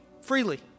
freely